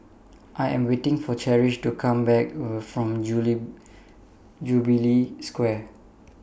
I Am waiting For Cherish to Come Back from July Jubilee Square